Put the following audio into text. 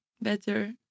Better